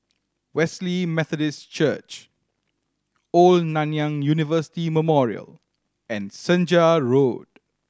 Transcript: Wesley Methodist Church Old Nanyang University Memorial and Senja Road